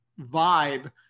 vibe